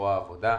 זרוע העבודה,